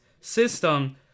system